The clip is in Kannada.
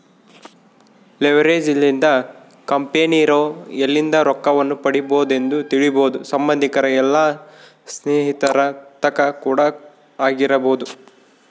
ಲೆವೆರೇಜ್ ಲಿಂದ ಕಂಪೆನಿರೊ ಎಲ್ಲಿಂದ ರೊಕ್ಕವನ್ನು ಪಡಿಬೊದೆಂದು ತಿಳಿಬೊದು ಸಂಬಂದಿಕರ ಇಲ್ಲ ಸ್ನೇಹಿತರ ತಕ ಕೂಡ ಆಗಿರಬೊದು